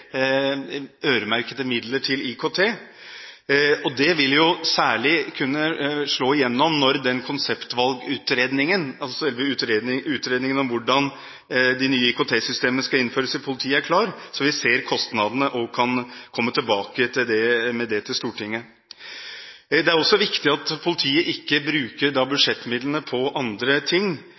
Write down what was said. øremerkede midler til IKT. Det vil særlig kunne slå igjennom når konseptvalgutredningen, altså utredningen om hvordan de nye IKT-systemene skal innføres i politiet, er klar, så vi ser kostnadene og kan komme tilbake til Stortinget med det. Det er også viktig at politiet ikke bruker budsjettmidlene på ting